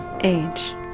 Age